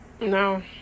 No